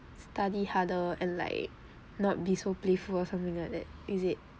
study harder and like not be so playful or something like that is it